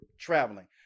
traveling